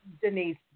Denise